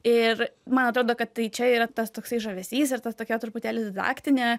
ir man atrodo kad tai čia yra tas toksai žavesys ir ta tokia truputėlį didaktinė